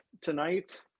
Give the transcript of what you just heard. tonight